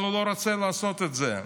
אבל הוא לא רוצה לעשות את זה,